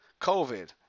COVID